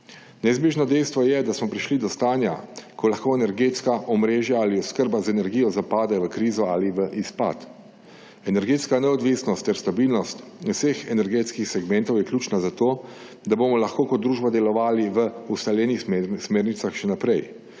Neizbežno dejstvo je, da smo prišli do stanja, ko lahko energetska omrežja ali oskrba z energijo zapade v krizo ali v izpad. Energetska neodvisnost ter stabilnost vseh energetskih segmentov je ključna zato, da bomo lahko kot družba delovali v ustaljenih smernicah še naprej.